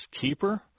keeper